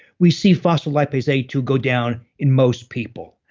we see phospholipase a two go down in most people.